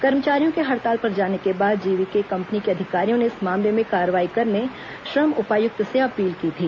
कर्मचारियों के हड़ताल पर जाने के बाद जीवीके कंपनी के अधिकारियों ने इस मामले में कार्रवाई करने श्रम उपायुक्त से अपील की थी